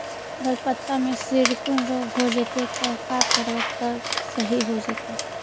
अगर पत्ता में सिकुड़न रोग हो जैतै त का करबै त सहि हो जैतै?